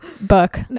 book